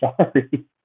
sorry